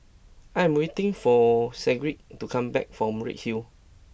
I am waiting for Sigrid to come back from Redhill